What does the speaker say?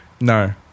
No